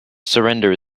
surrender